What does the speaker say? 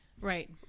Right